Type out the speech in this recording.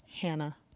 Hannah